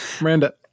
Miranda